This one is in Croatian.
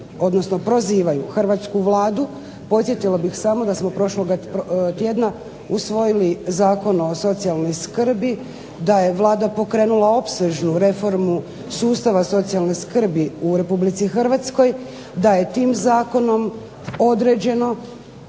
odnosno prozivaju hrvatsku Vladu podsjetila bih samo da smo prošloga tjedna usvojili Zakon o socijalnoj skrbi, da je Vlada pokrenula opsežnu reformu sustava socijalne skrbi u Republici Hrvatskoj, da je tim zakonom određeno